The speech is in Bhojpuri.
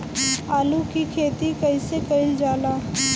आलू की खेती कइसे कइल जाला?